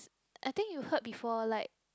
I think you heard before like